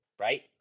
right